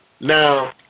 Now